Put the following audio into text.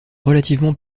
relativement